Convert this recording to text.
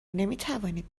نمیتوانید